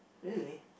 really